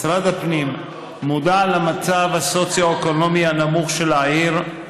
משרד הפנים מודע למצב הסוציו-אקונומי הנמוך של העיר,